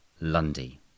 Lundy